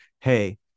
Hey